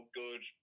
good